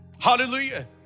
Hallelujah